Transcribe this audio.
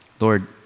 Lord